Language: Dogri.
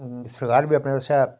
खासकर उधमपुर शैहर दी गल्ला करां ना मैं